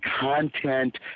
content